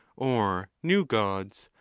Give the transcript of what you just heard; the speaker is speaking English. or new gods,